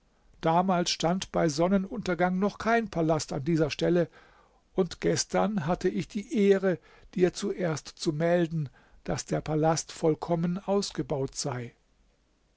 damals stand bei sonnenuntergang noch kein palast an dieser stelle und gestern hatte ich die ehre dir zuerst zu melden daß der palast vollkommen ausgebaut sei